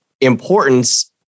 importance